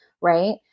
Right